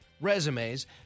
resumes